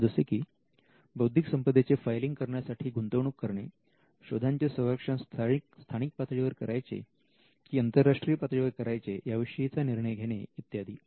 जसे की बौद्धिक संपदेचे फायलिंग करण्यासाठी गुंतवणूक करणे शोधांचे संरक्षण स्थानिक पातळीवर करायचे की आंतरराष्ट्रीय पातळीवर करायचे याविषयी निर्णय घेणे इत्यादी